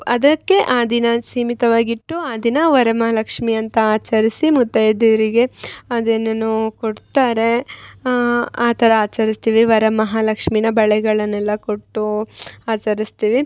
ಅದಕ್ಕೆ ಆ ದಿನ ಸೀಮಿತವಾಗಿಟ್ಟು ಆ ದಿನ ವರಮಹಾಲಕ್ಷ್ಮಿ ಅಂತ ಆಚರಿಸಿ ಮುತ್ತೈದೆಯರಿಗೆ ಅದು ಏನೇನೋ ಕೊಡ್ತಾರೆ ಆ ಥರ ಆಚರಸ್ತೀವಿ ವರಮಹಾಲಕ್ಷ್ಮಿನ ಬಳೆಗಳನ್ನೆಲ್ಲ ಕೊಟ್ಟು ಆಚರಿಸ್ತೀವಿ